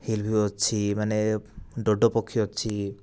hill view ଅଛି ମାନେ dodo ପକ୍ଷୀ ଅଛି